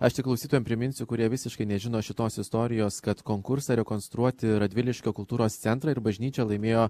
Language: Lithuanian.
aš tik klausytojam priminsiu kurie visiškai nežino šitos istorijos kad konkursą rekonstruoti radviliškio kultūros centrą ir bažnyčią laimėjo